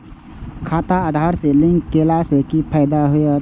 खाता आधार से लिंक केला से कि फायदा होयत?